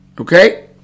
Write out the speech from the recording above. Okay